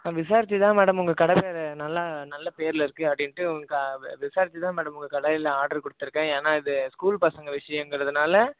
ma'am விசாரிச்சு தான் madam உங்க கடை மேலே நல்லா நல்ல பேரில் இருக்கு அப்படின்ட்டு விசாரிச்சு தான் மேடம் உங்கள் கடையில் ஆர்டர் கொடுத்துருக்கேன் ஏன்னா இது ஸ்கூல் பசங்க விஷயங்குறதனால